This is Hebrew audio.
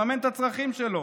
לממן את הצרכים שלו.